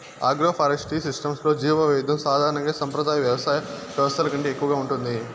agroforestry సిస్టమ్స్లో జీవవైవిధ్యం సాధారణంగా సంప్రదాయ వ్యవసాయ వ్యవస్థల కంటే ఎక్కువగా ఉంటుంది